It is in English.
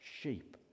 sheep